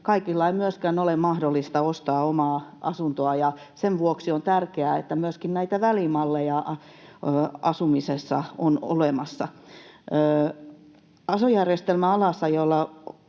Kaikille ei myöskään ole mahdollista ostaa omaa asuntoa, ja sen vuoksi on tärkeää, että myöskin näitä välimalleja asumisessa on olemassa. Uskon, että aso-järjestelmän alasajolla